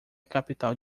capital